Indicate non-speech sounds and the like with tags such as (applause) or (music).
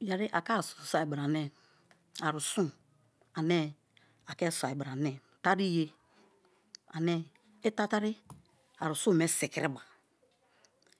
Yeri ake arusun soi bra ane (unintelligible) tari ye ane i tatari arusun me sikiriba